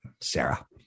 Sarah